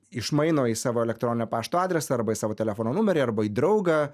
išmaino į savo elektroninio pašto adresą arba į telefono numerį arba į draugą